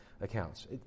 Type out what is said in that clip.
accounts